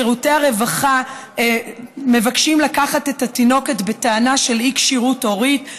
שירותי הרווחה מבקשים לקחת את התינוקת בטענה של אי-כשירות הורית,